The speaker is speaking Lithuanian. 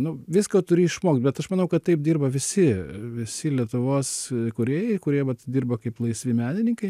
nu visko turi išmokt bet aš manau kad taip dirba visi visi lietuvos kūrėjai kurie dirba kaip laisvi menininkai